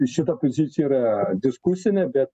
šita pozicija yra diskusinė bet